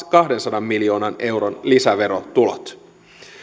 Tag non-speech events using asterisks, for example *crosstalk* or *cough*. *unintelligible* kahdensadan miljoonan euron lisäverotulot